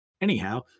Anyhow